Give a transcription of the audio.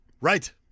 Right